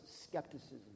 skepticism